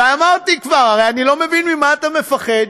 ואמרתי כבר, הרי אני לא מבין ממה אתה מפחד,